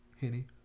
Henny